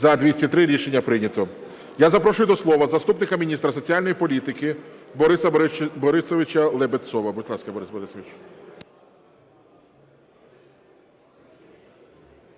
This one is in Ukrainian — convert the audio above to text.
За-203 Рішення прийнято. Я запрошую до слова заступника міністра соціальної політики Бориса Борисовича Лебедцова. Будь ласка, Борис Борисович.